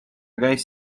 käis